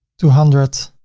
two hundred